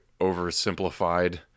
oversimplified